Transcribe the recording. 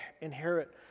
inherit